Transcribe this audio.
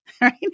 right